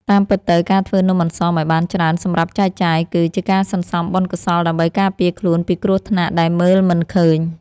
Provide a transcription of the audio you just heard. តាមពិតទៅការធ្វើនំអន្សមឱ្យបានច្រើនសម្រាប់ចែកចាយគឺ ជាការសន្សំបុណ្យកុសលដើម្បីការពារខ្លួនពីគ្រោះថ្នាក់ដែលមើលមិនឃើញ។